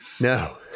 No